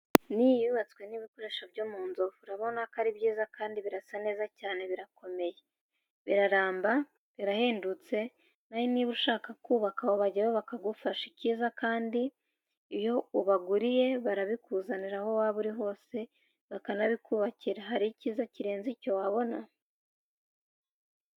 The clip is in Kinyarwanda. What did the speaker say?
N'iyi yubatswe n'ibikoresho byo mu Nzove, urabona ko ari byiza kandi birasa neza cyane birakomeye, biraramba, birahendutse, nawe niba ushaka kubaka wabageraho bakagufasha, icyiza kandi iyo ubaguriye barabikuzanira aho waba uri hose banabikubakira, hari icyiza kirenze icyo wabona.